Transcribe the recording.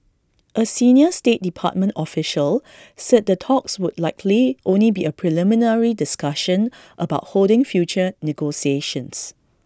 A senior state department official said the talks would likely only be A preliminary discussion about holding future negotiations